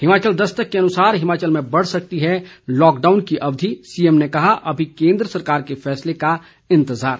हिमाचल दस्तक के अनुसार हिमाचल में बढ़ सकती है लॉकडाउन की अवधि सीएम ने कहा अभी केंद्र सरकार के फैसले का इंतज़ार